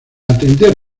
atender